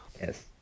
Yes